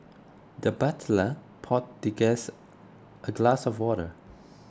the butler poured the guest a glass of water